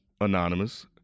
Anonymous